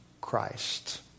Christ